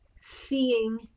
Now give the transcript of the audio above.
seeing